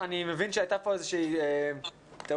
מבין שהייתה פה איזושהי טעות,